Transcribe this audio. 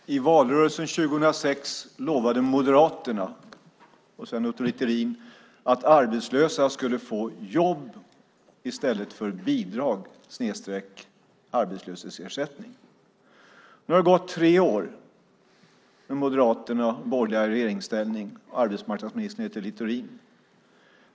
Herr talman! I valrörelsen 2006 lovade Moderaterna och Sven Otto Littorin att arbetslösa skulle få jobb i stället för bidrag/arbetslöshetsersättning. Nu har det gått tre år med Moderaterna och en borgerlig regeringsställning. Arbetsmarknadsministern heter Littorin.